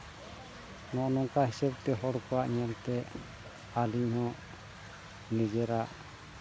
ᱱᱚᱜᱼᱚ ᱱᱚᱝᱠᱟ ᱦᱤᱥᱟᱹᱵ ᱛᱮ ᱦᱚᱲ ᱠᱚᱣᱟᱜ ᱧᱮᱞ ᱛᱮ ᱟᱹᱞᱤᱧ ᱦᱚᱸ ᱱᱤᱡᱮᱨᱟᱜ